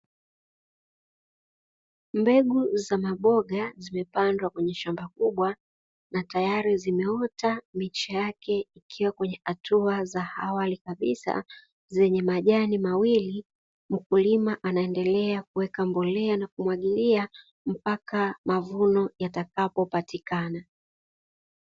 Mbegu za maboga zimepandwa kwenye shamba kubwa na tayari zimeota miche yake ikiwa kwenye hatua za awali kabisa zenye majani mawili, mkulima anaendelea kuweka mbolea nakumwagilia mpaka mavuno yatakapo patikana.